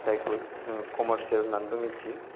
जायखौ जोङो कमारसियेल होननानैबो मिथियो